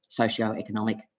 socioeconomic